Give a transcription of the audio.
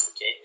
okay